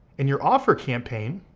and your offer campaign